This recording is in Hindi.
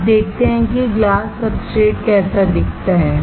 अब देखते हैं कि ग्लास सब्सट्रेट कैसा दिखता है